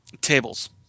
Tables